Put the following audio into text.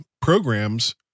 programs